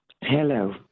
Hello